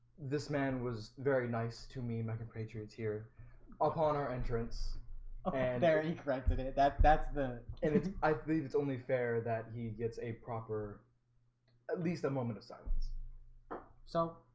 this man was very nice to me my patriots here i'll call on our entrance and there he corrected that that's the and it's i believe it's only fair that he gets a proper at least a moment of silence so